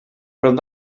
prop